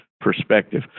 perspective